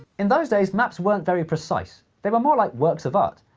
in those days, maps weren't very precise, they were more like works of art.